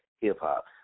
hip-hop